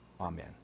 Amen